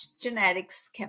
genetics